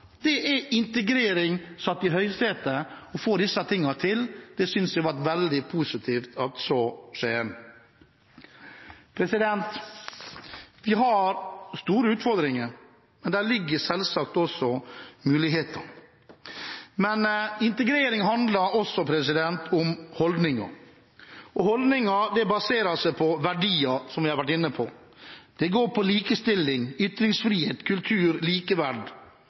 Det er integrering satt i høysetet. At man får til disse tingene, synes jeg er veldig positivt. Vi har store utfordringer, men selvsagt også muligheter. Integrering handler også om holdninger, og holdninger baserer seg på verdier, som vi har vært inne på. Det går på likestilling, ytringsfrihet, kultur og likeverd.